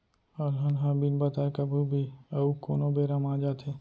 अलहन ह बिन बताए कभू भी अउ कोनों बेरा म आ जाथे